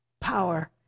power